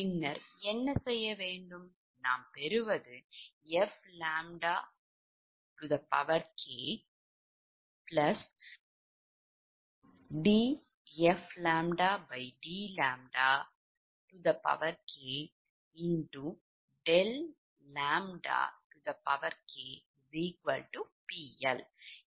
பின்னர் என்ன செய்வோம் நாம் பெறுவது fʎ kdfʎdʎk∆ʎ kPL